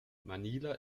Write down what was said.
manila